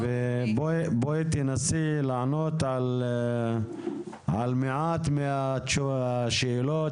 בואי תנסי לענות על מעט מהשאלות,